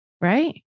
Right